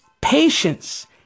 Patience